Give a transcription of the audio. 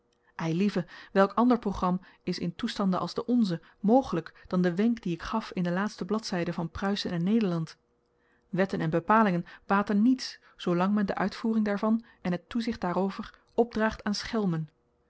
eilieve welk ander program is in toestanden als de onze mogelyk dan de wenk dien ik gaf in de laatste bladzyden van pruisen en nederland wetten en bepalingen baten niets zoo lang men de uitvoering daarvan en het toezicht daarover opdraagt aan schelmen